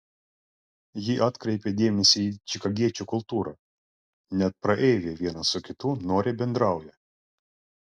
ji atkreipė dėmesį į čikagiečių kultūrą net praeiviai vienas su kitu noriai bendrauja